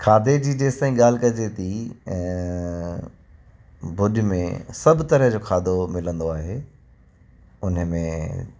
खाधे जी जेसीं ताईं ॻाल्हि कजे थी ऐं भुज में सभु तरह जो खाधो मिलंदो आहे हुन में